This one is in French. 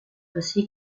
passé